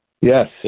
Yes